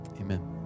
amen